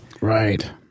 right